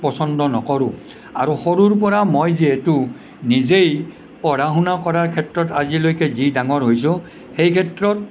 পচন্দ নকৰোঁ আৰু সৰুৰ পৰা মই যিহেতু নিজেই পঢ়া শুনা কৰাৰ ক্ষেত্ৰত আজিলৈকে যি ডাঙৰ হৈছোঁ সেই ক্ষেত্ৰত